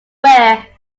wear